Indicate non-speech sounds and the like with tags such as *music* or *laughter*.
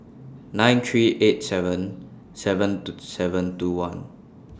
*noise* nine three eight seven seven two seven two one